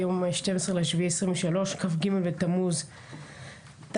היום ה-12 ליולי 2023, כ"ג בתמוז תשפ"ג.